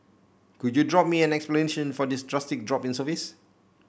could you drop me an explanation for this drastic drop in service